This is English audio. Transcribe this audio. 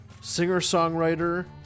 singer-songwriter